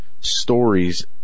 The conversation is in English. stories